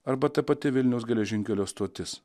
arba ta pati vilniaus geležinkelio stotis